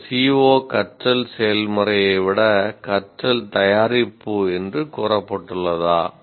இந்த CO கற்றல் செயல்முறையை விட கற்றல் தயாரிப்பு என்று கூறப்பட்டுள்ளதா